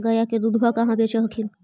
गया के दूधबा कहाँ बेच हखिन?